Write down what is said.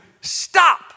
stop